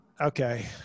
Okay